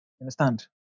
Understand